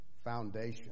foundation